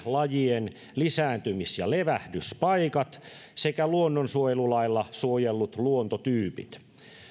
lajien lisääntymis ja levähdyspaikat sekä luonnonsuojelulailla suojellut luontotyypit